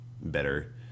better